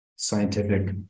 scientific